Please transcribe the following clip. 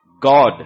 God